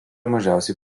mažiausiai